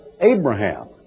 Abraham